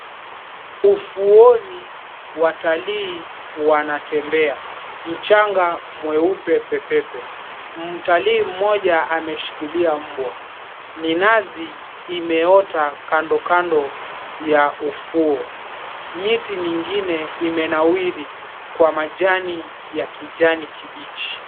Ufuoni watalii wanatembea. Mchanga mweupe pepepe . Mtalii mmoja ameshikilia mbwa. Minazi imeota kandokando ya ufuo. Miti mingine imenawiri kwa majani ya kijani kibichi.